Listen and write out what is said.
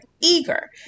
eager